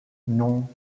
non